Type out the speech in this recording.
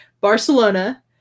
Barcelona